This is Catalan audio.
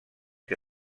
que